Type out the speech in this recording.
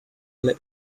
let